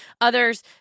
others